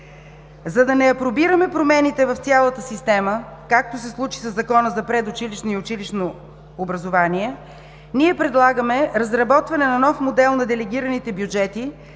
За да не апробираме промените в цялата система, както се случи със Закона за предучилищно и училищно образование, ние предлагаме разработване на нов модел на делегираните бюджети